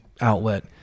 outlet